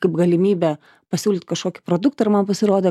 kaip galimybė pasiūlyt kažkokį produktą ir man pasirodė